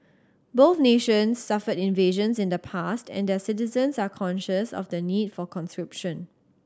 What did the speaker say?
both nations suffered invasions in the past and their citizens are conscious of the need for conscription